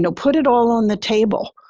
and put it all on the table.